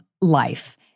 life